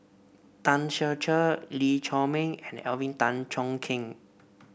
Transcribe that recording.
Tan Ser Cher Lee Chiaw Meng and Alvin Tan Cheong Kheng